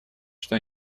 что